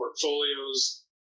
portfolios